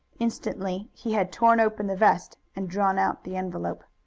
instantly he had torn open the vest and drawn out the envelope.